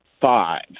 five